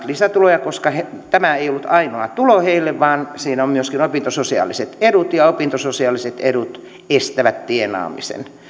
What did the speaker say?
lisätuloja koska tämä ei ollut ainoa tulo heille vaan on myöskin opintososiaaliset edut ja opintososiaaliset edut estävät tienaamisen